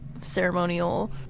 ceremonial